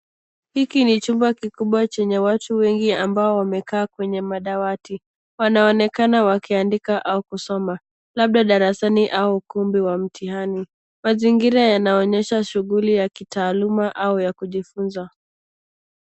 Hiki ni chumba kikubwa chenye watu wengi ambao wamekaa kwenye madawati. Wanaonekana wakiandika au kusoma labda darasani au ukumbi wa mtihani. Mazingira yanaonyesha shughuli ya kitaaluma au ya kujifuza.